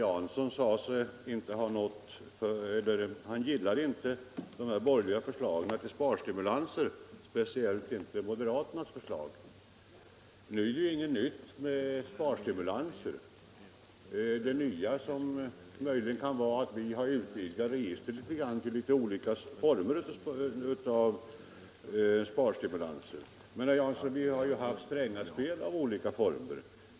Herr talman! Herr Jansson gillade inte de borgerliga förslagen till sparstimulanser, speciellt inte moderaternas förslag. Nu är det ju inget nytt med sparstimulanser. Det nya kan möjligen vara att vi har utvidgat registret något till litet olika former av sparstimulanser. Men, herr Jansson, vi har ju haft Strängaspel i olika former.